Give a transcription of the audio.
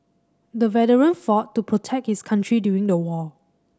the veteran fought to protect his country during the war